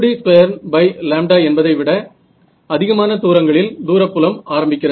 2D2 λ என்பதைவிட அதிகமான தூரங்களில் தூர புலம் ஆரம்பிக்கிறது